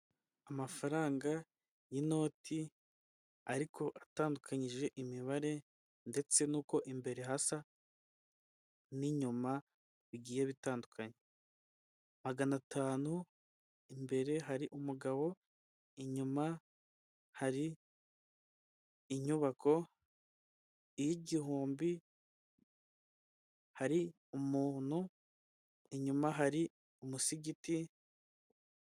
Amafaranga y'inoti ariko atandukanyije imibare ndetse n'uko imbere hasa n'inyuma bigiye bitandukanye. Magana atanu, imbere hari umugabo, inyuma hari inyubako, iy'igihumbi, hari umuntu inyuma hari umusigiti.